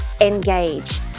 engage